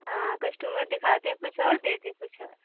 हाँ कस्टमर दिखाते हैं कुछ और देते कुछ हैं